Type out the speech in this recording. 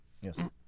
Yes